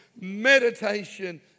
meditation